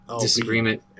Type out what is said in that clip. disagreement